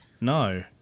no